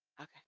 Okay